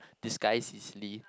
disguise easily